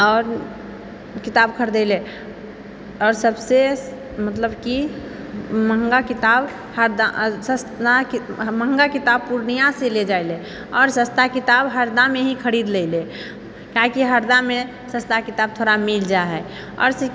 आओर किताब खरदेलै आओर सबसँ मतलब की महँगा किताब हरदा सस्ता महँगा किताब पूर्णियासँ लऽ जाइलेलै आओर सस्ता किताब हरदामे ही खरीद लेलै काहेकि हरदामे सस्ता किताब थोड़ा मिल जाइ हइ आओर